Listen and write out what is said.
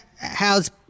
How's